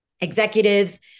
executives